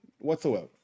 whatsoever